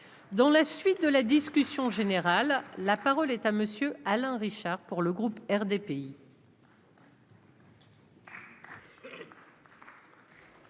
dans la suite de la discussion générale là. Parole est à monsieur Alain Richard pour le groupe RDPI.